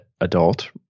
adult